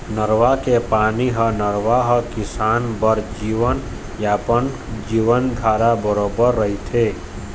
नरूवा के पानी ह नरूवा ह किसान बर जीवनयापन, जीवनधारा बरोबर रहिथे